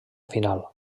final